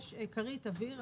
יש כרית אוויר,